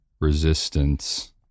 resistance